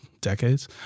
decades